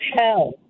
hell